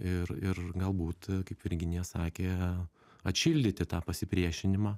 ir ir galbūt kaip virginija sakė atšildyti tą pasipriešinimą